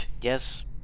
yes